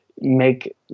make